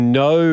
no